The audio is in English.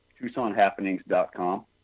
TucsonHappenings.com